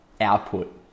Output